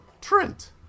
Trent